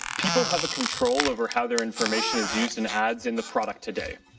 people have a control over how their information is used in ads in the product today.